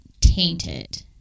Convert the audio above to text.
tainted